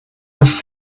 was